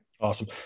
Awesome